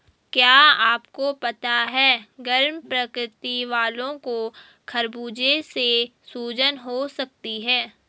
क्या आपको पता है गर्म प्रकृति वालो को खरबूजे से सूजन हो सकती है?